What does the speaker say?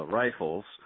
rifles